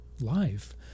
life